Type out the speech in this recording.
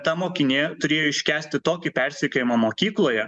ta mokinė turėjo iškęsti tokį persekiojimą mokykloje